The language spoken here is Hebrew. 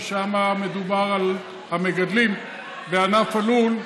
ששם מדובר על המגדלים בענף הלול,